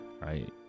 right